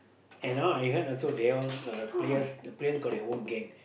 and now I heard also they all uh players the players got their own gang